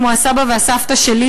כמו הסבא והסבתא שלי,